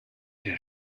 der